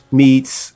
meets